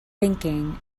thinking